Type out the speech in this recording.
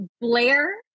Blair